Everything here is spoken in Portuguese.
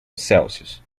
celsius